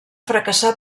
fracassà